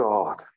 God